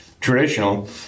Traditional